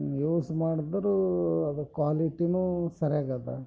use ಮಾಡಿದ್ರು ಅದು ಕ್ವಾಲಿಟೀನೂ ಸರೇಗದ